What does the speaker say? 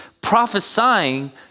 prophesying